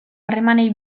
harremanei